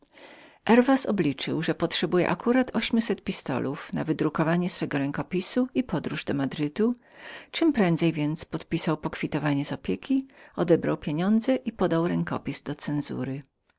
herwas obliczył że właśnie potrzebował ośmiu set pistolów na wydrukowanie swego rękopisu czemprędzej więc podpisał pokwitowanie z opieki odebrał swoją summę i podał rękopis do